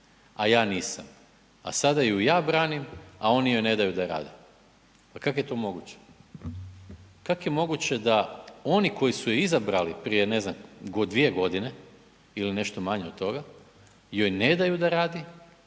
a ja nisam a sada ju ja branim, a oni joj ne daju da rade. Pa kako je to moguće? Kako je moguće da oni koji su je izabrali, ne znam prije dvije godine ili nešto manje od toga, joj ne daju da radi,